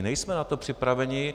Nejsme na to připraveni.